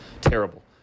Terrible